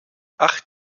ach